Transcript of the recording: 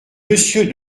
monsieur